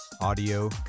Audio